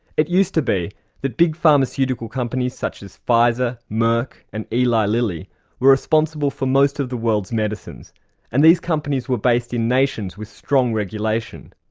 it used to be that big pharmaceutical companies such as pfizer, merck and eli lilly were responsible for most of the world's medicines and these companies were based in nations with strong regulation.